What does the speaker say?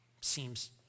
Seems